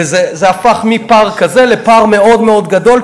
וזה הפך מפער כזה לפער מאוד מאוד גדול,